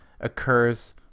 occurs